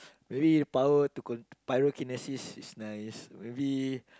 maybe power to control pyrokinesis is nice maybe